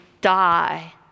die